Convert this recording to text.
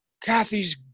Kathy's